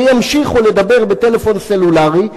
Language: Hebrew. וימשיכו לדבר בטלפון סלולרי,